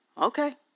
Okay